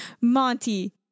monty